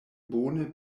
bone